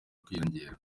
kwiyongera